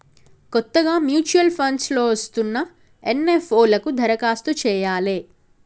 కొత్తగా mutual funds లో వస్తున్న ఎన్.ఎఫ్.ఓ లకు దరఖాస్తు చెయ్యాలే